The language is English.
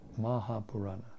Mahapurana